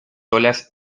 olas